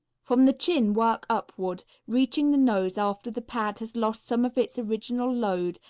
from the chin work upward, reaching the nose after the pad has lost some of its original load,